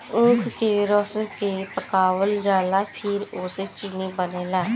ऊख के रस के पकावल जाला फिर ओसे चीनी बनेला